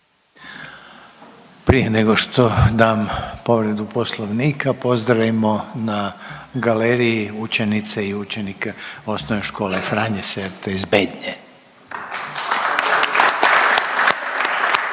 Prije nego što dam povredu Poslovnika, pozdravimo na galeriji učenice i učenike Osnovne škole Franje Serte iz Bednje.